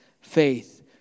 faith